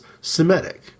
Semitic